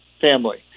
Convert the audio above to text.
family